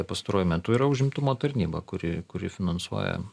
pastaruoju metu yra užimtumo tarnyba kuri kuri finansuoja